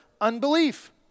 unbelief